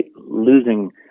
losing